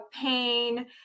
pain